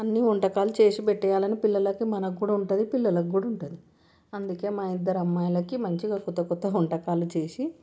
అన్నీ వంటకాలు చేసి పెట్టాలని పిల్లలకి మనకు కూడా ఉంటుంది పిల్లలకి కూడా ఉంటుంది అందుకే మా ఇద్దరి అమ్మాయలకి మంచిగా కొత్త కొత్త వంటకాలు చేసి